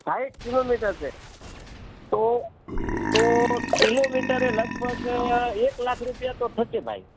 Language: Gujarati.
સાઠ કિલોમીટર છે તો તો કિલોમીટરે લગભગ એક લાખ રૂપિયા તો થશે ભાઈ